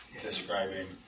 describing